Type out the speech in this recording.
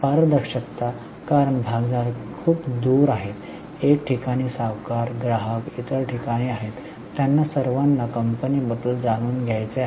पारदर्शकता कारण भागधारक खूप दूर आहेत एका ठिकाणी सावकार ग्राहक इतर ठिकाणी आहेत त्यांना सर्वांना कंपनी बद्दल जाणून घ्यायचे आहे